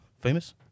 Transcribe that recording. Famous